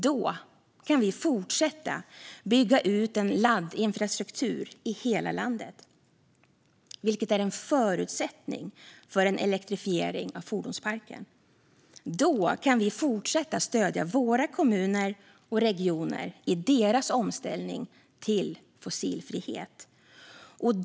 Då kan vi fortsätta att bygga ut laddinfrastrukturen i hela landet, vilket är en förutsättning för en elektrifiering av fordonsparken. Då kan vi fortsätta att stödja våra kommuner och regioner i deras omställning till fossilfrihet.